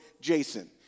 Jason